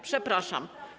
Przepraszam.